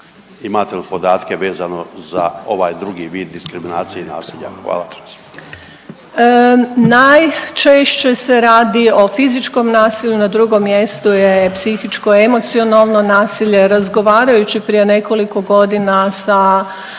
imate li podatke vezano za ovaj drugi vid diskriminacije i nasilja. Hvala. **Ljubičić, Višnja** Najčešće se radi o fizičkom nasilju, na drugom mjestu je psihičko i emocionalno nasilje. Razgovarajući prije nekoliko godina sa